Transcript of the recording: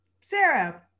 Sarah